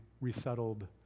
resettled